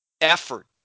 effort